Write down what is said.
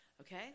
Okay